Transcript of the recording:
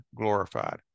glorified